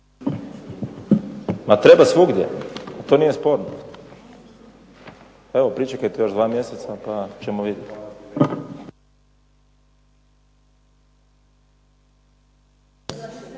Treba svugdje, to nije sporno. Evo pričekajte još dva mjeseca pa ćemo vidjeti.